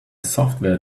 software